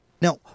now